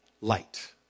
light